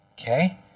Okay